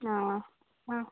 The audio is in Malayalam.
ആ ആ